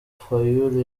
fayulu